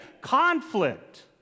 conflict